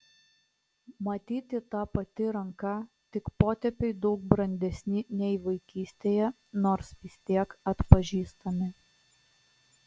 matyti ta pati ranka tik potėpiai daug brandesni nei vaikystėje nors vis tiek atpažįstami